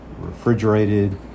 refrigerated